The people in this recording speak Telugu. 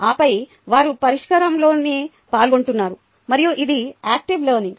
ఆపై వారు పరిష్కారంలోనే పాల్గొంటున్నారు మరియు ఇది యాక్టివ్ లెర్నింగ్